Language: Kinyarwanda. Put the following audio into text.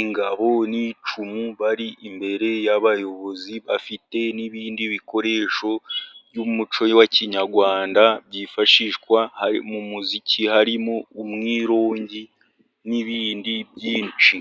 ingabo n'icumu. Bari imbere y'abayobozi bafite n'ibindi bikoresho by'umuco wa kinyarwanda byifashishwa mu muziki. Harimo umwirongi, n'ibindi byinshi.